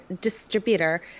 distributor